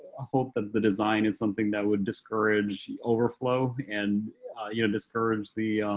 i hope that the design is something that would discourage overflow and you know discourage the